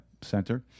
center